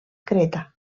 creta